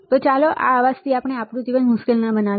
તો ચાલો આ અવાજથી આપણે આપણું જીવન મુશ્કેલ ન બનાવીએ